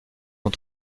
ont